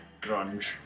Grunge